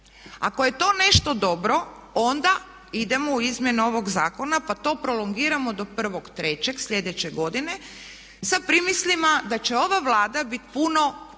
Ako je to nešto dobro onda idemo u izmjene ovog zakona pa to prolongiramo do 1.3. sljedeće godine sa primislima da će ova Vlada biti puno